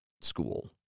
school